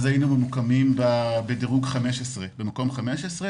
אז היינו מדורגים במקום 15,